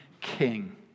king